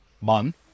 month